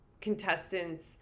contestant's